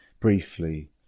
briefly